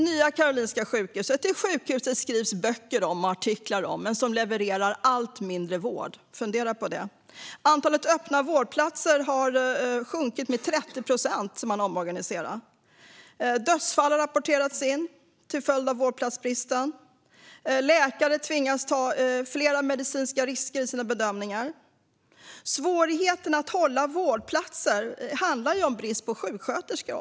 Nya Karolinska sjukhuset är ett sjukhus som det skrivs böcker och artiklar om men som levererar allt mindre vård. Fundera på det! Antalet öppna vårdplatser har minskat med 30 procent sedan man omorganiserade. Dödsfall har rapporterats in till följd av vårdplatsbristen. Läkare tvingas ta fler medicinska risker i sina bedömningar. Svårigheten att hålla vårdplatser öppna handlar om en brist på sjuksköterskor.